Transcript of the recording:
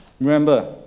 remember